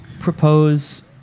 propose